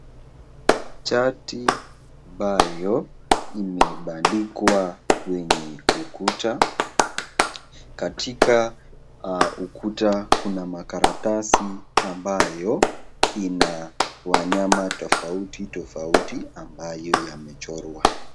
Chati ambayo imebandikwa kwenye ukuta. Katika ukuta kuna makaratasi ambayo ina wanyama tofauti tofauti ambayo yamechorwa.